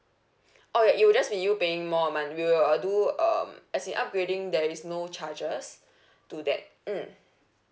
oh ya it will just be you paying more a month we will do um as in upgrading there is no charges to that mm